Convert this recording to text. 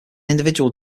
individual